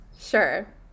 Sure